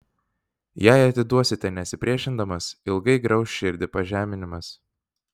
jei atiduosite nesipriešindamas ilgai grauš širdį pažeminimas